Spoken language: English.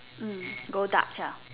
mm go Dutch ah